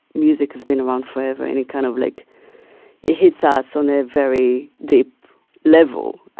music has been around forever. any kind of, like it hits us on a very deep level,